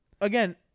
Again